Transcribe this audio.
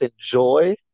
enjoy